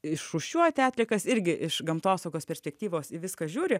išrūšiuoti atliekas irgi iš gamtosaugos perspektyvos į viską žiūri